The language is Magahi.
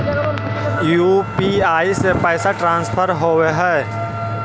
यु.पी.आई से पैसा ट्रांसफर होवहै?